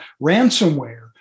ransomware